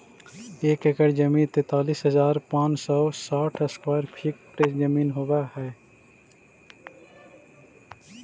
एक एकड़ जमीन तैंतालीस हजार पांच सौ साठ स्क्वायर फीट जमीन होव हई